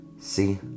see